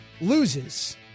loses